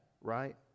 right